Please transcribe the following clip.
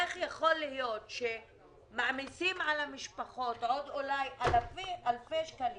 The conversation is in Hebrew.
איך יכול להיות שמעמיסים על המשפחות עוד אולי אלפי שקלים.